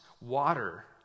water